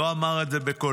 הוא לא אמר את זה בקולו.